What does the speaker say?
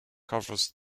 covers